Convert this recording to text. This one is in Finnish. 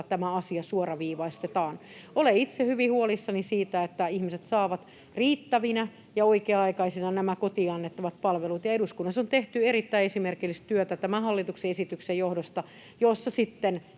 on alibudjetoitu!] Olen itse hyvin huolissani siitä, saavatko ihmiset riittävinä ja oikea-aikaisina nämä kotiin annettavat palvelut, ja eduskunnassa on tehty erittäin esimerkillistä työtä tämän hallituksen esityksen johdosta, jossa nämä